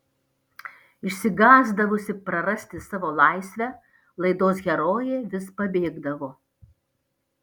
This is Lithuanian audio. išsigąsdavusi prarasti savo laisvę laidos herojė vis pabėgdavo